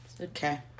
okay